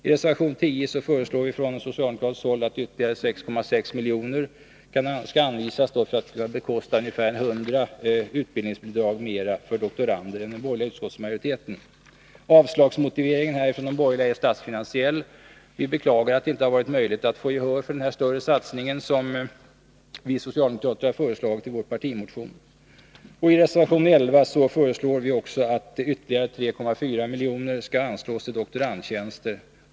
I reservation 10 föreslår vi från socialdemokratiskt håll att ytterligare 6,6 milj.kr. anvisas för att kunna bekosta ca 100 flera utbildningsbidrag för doktorander än den borgerliga utskottsmajoriteten föreslår. Avslagsmotiveringen från de borgerliga är statsfinansiell. Vi beklagar att det inte varit möjligt att få gehör för den större satsning på forskarutbildningen som vi socialdemokrater föreslagit i vår partimotion. I reservation 11 föreslår vi att ytterligare 3,4 milj.kr. anslås till doktorandtjänster.